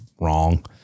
wrong